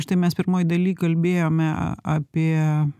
štai mes pirmoj dalyj kalbėjome apie